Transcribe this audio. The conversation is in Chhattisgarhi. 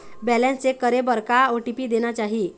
बैलेंस चेक करे बर का ओ.टी.पी देना चाही?